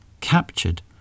captured